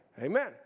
Amen